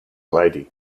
lady